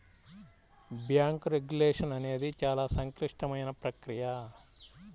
bank regulation అనేది చాలా సంక్లిష్టమైన ప్రక్రియ